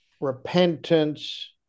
repentance